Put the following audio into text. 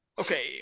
Okay